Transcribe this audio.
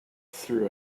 through